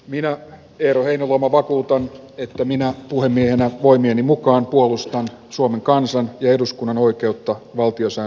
minä kerroin vamo vakuuttaa että minä puhemiehenä voimieni mukaan puolustan suomen kansan ja eduskunnan oikeutta valtioissa